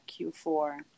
Q4